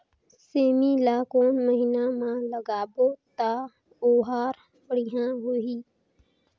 सेमी ला कोन महीना मा लगाबो ता ओहार बढ़िया होही?